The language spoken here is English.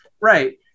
right